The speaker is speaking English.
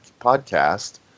podcast